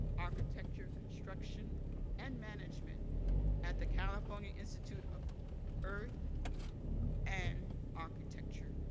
architecture construction and management at the california institute of earth and architecture.